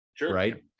right